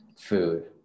food